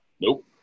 nope